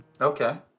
Okay